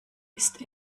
ist